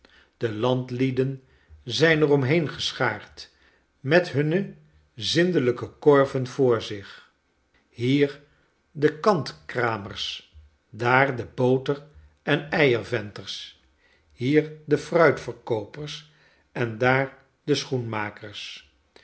de landlieden zijn er omheen geschaard met hunne zindelijke korven voor zich hier de kantkramers daar de boter en eierventers hier de fruitverkoopers en daar de schoenmakers